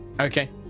Okay